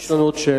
יש לנו עוד שאלה.